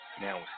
Now